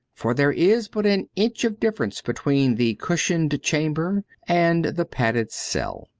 for there is but an inch of difference between the cushioned chamber and the padded cell.